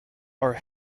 are